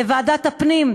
לוועדת הפנים,